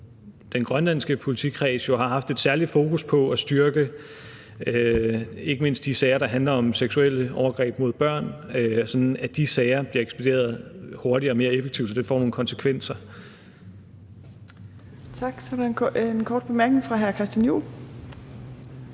den grønlandske politikreds, har haft et særligt fokus på ikke mindst at styrke de sager, der handler om seksuelle overgreb mod børn, sådan at de sager bliver ekspederet hurtigere og mere effektivt, og at det får nogle konsekvenser.